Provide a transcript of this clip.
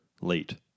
late